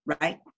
right